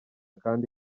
kandi